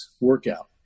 workout